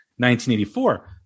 1984